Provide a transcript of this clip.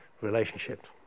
relationships